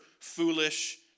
foolish